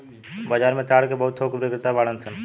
बाजार में ताड़ के बहुत थोक बिक्रेता बाड़न सन